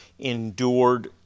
endured